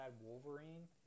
Wolverine